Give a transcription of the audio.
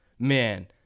Man